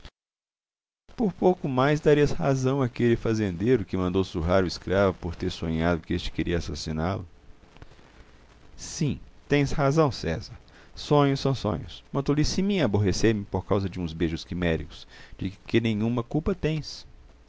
beijos por pouco mais darias razão àquele fazendeiro que mandou surrar o escravo por ter sonhado que este queria assassiná-lo sim tens razão césar sonhos são sonhos uma tolice minha aborrecer-me por causa de uns beijos quiméricos de que nenhuma culpa tens